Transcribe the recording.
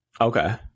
Okay